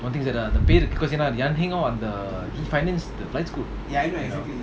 one thing that he financed the flight school you know